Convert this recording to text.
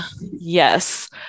Yes